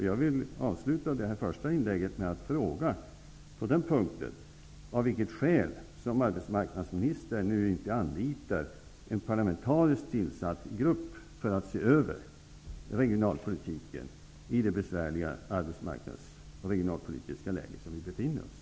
Jag vill avsluta detta första inlägg med att fråga av vilket skäl arbetsmarknadsministern nu inte anlitar en parlamentariskt tillsatt grupp för att se över regionalpolitiken i det besvärliga arbetsmarknadsoch regionalpolitiska läge vi befinner oss i.